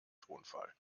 tonfall